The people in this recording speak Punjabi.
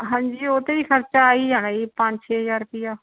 ਹਾਂਜੀ ਉਹ 'ਤੇ ਖਰਚਾ ਆ ਹੀ ਜਾਣਾ ਜੀ ਪੰਜ ਛੇ ਹਜ਼ਾਰ ਰੁਪਈਆ